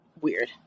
weird